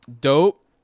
Dope